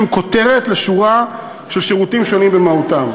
זו כותרת לשורה של שירותים שונים במהותם.